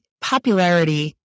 popularity